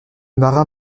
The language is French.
marin